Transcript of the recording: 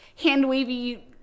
hand-wavy